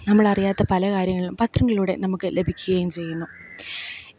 നമ്മളറിയാത്ത പല കാര്യങ്ങളും പത്രങ്ങളിലൂടെ നമുക്ക് ലഭിയ്ക്കേം ചെയ്യുന്നു